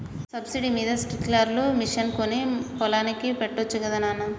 subsidy మీద sprinkler machine కొని మన పొలానికి పెట్టొచ్చు గదా నాన